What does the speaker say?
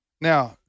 Now